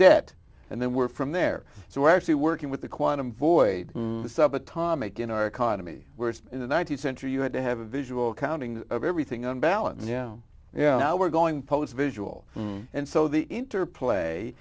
debt and then we're from there so we're actually working with the quantum void subatomic in our economy we're in the th century you had to have a visual counting of everything on balance yeah yeah now we're going post visual and so the interplay